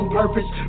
purpose